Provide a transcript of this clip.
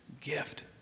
gift